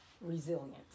resilience